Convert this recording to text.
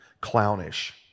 clownish